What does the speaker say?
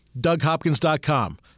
DougHopkins.com